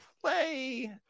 play